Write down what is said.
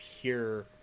pure